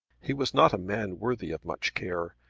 he was not a man worthy of much care.